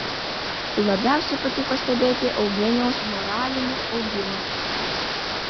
labiausiai patiko stebėti eugenijaus moralinį augimą